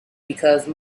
because